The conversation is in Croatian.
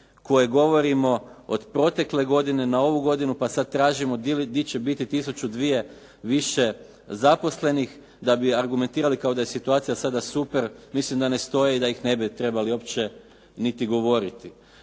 koje govorimo od protekle godine, na ovu godinu, pa sada tražimo gdje će biti tisuću, dvije zaposlenih da bi argumentirali kao da je situacija sada super, mislim da ne stoji i da ih ne bi trebali uopće govoriti.